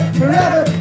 forever